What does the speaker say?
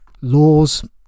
laws